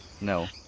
No